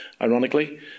ironically